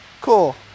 cool